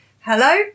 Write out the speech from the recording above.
Hello